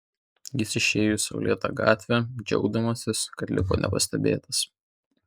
jis išėjo į saulėtą gatvę džiaugdamasis kad liko nepastebėtas